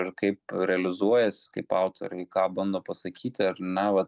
ir kaip realizuojas kaip autoriai ką bando pasakyti ar ne va